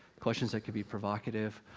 questions that could be provocative,